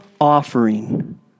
offering